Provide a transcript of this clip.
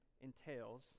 entails